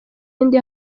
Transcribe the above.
iyindi